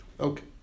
okay